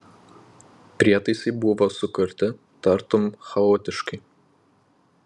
prietaisai buvo sukurti tartum chaotiškai